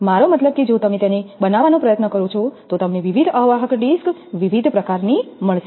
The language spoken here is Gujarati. મારો મતલબ કે જો તમે તેને બનાવવાનો પ્રયત્ન કરો છો તો તમને વિવિધ અવાહક ડિસ્ક વિવિધ પ્રકારની હશે